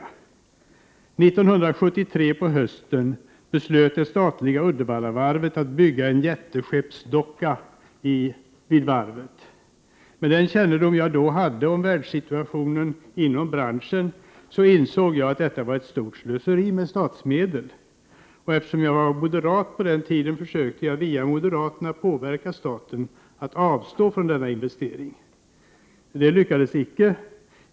1973 på hösten beslöt det statliga Uddevallavarvet att bygga en jätteskeppsdocka vid varvet. Med den kännedom jag då hade om världssituationen för branschen, insåg jag att detta var ett stort slöseri med statsmedel. Eftersom jag var moderat på den tiden försökte jag — via moderaterna — påverka staten att avstå från denna investering. Det lyckades inte.